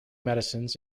medicines